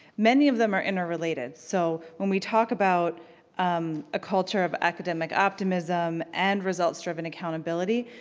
many of them are interrelated, so when we talk about um culture of academic optimism and results driven accountability,